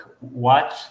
watch